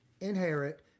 inherit